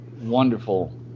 wonderful